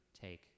take